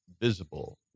visible